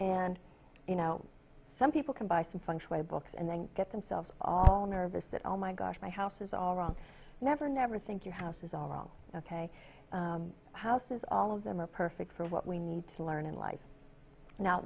and you know some people can buy some function i books and then get themselves all nervous that oh my gosh my house is all wrong never never think your house is all wrong ok houses all of them are perfect for what we need to learn in life now